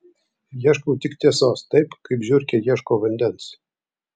ieškau tik tiesos taip kaip žiurkė ieško vandens